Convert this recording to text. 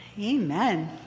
Amen